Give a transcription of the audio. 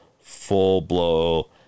full-blow